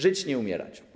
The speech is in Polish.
Żyć nie umierać.